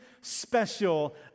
special